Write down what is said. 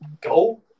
Go